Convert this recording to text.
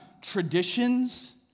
traditions